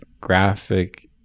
graphic